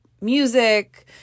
music